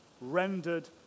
rendered